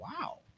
Wow